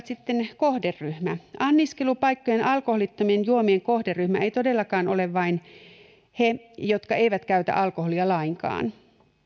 sitten kohderyhmä anniskelupaikkojen alkoholittomien juomien kohderyhmään eivät todellakaan kuulu vain he jotka eivät käytä alkoholia lainkaan